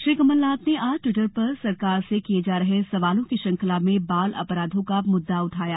श्री कमलनाथ ने आज टिवटर पर सरकार से किए जा रहे सवालों की श्रंखला में बाल अपराधों का मुद्दा उठाया